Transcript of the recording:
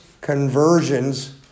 conversions